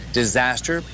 disaster